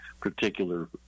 particular